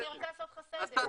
אני רוצה לעשות לך סדר.